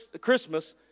Christmas